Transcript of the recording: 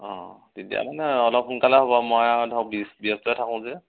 অঁ তেতিয়া মানে অলপ সোনকালে হ'ব মই ধৰক ব্যস্তই থাকোঁ যে